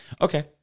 Okay